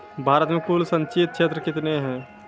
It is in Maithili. भारत मे कुल संचित क्षेत्र कितने हैं?